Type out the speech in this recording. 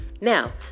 Now